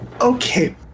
Okay